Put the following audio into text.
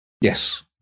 yes